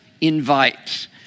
invite